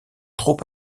trop